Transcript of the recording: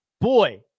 Boy